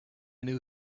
new